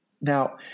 Now